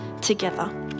together